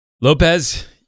Lopez